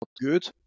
good